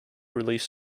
release